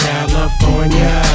California